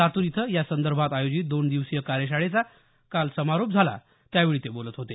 लातूर इथं यासंदर्भात आयोजित दोन दिवसीय कार्यशाळेचा काल समारोप झाला त्यावेळी ते बोलत होते